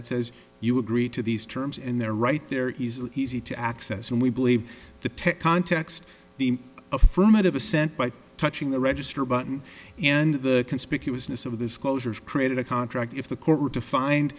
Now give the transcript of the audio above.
it says you agree to these terms and they're right there he's easy to access and we believe the context the affirmative assent by touching the register button and the conspicuousness of this closures created a contract if the court were to find